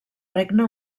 regne